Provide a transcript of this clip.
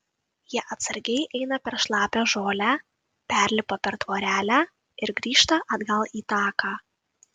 jie atsargiai eina per šlapią žolę perlipa per tvorelę ir grįžta atgal į taką